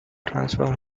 transform